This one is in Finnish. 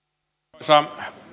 arvoisa